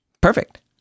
Perfect